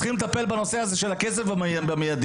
צריכים לטפל בנושא הזה של הכסף במידי,